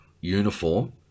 uniform